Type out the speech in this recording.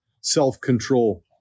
self-control